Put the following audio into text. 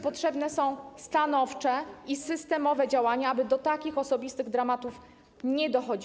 Potrzebne są stanowcze systemowe działania, aby do takich osobistych dramatów nie dochodziło.